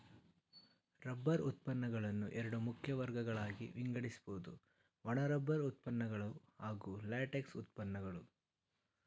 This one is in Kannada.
ರಬ್ಬರ್ ಉತ್ಪನ್ನಗಳನ್ನು ಎರಡು ಮುಖ್ಯ ವರ್ಗಗಳಾಗಿ ವಿಂಗಡಿಸ್ಬೋದು ಒಣ ರಬ್ಬರ್ ಉತ್ಪನ್ನಗಳು ಹಾಗೂ ಲ್ಯಾಟೆಕ್ಸ್ ಉತ್ಪನ್ನಗಳು